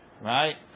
right